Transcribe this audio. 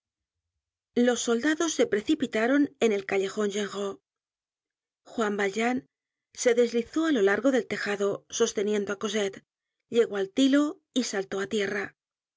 los soldados se precipitaron en el callejon genrot juan valjean se deslizó á lo largo del tejado sosteniendo á cosette llegó al tilo y saltó á tierra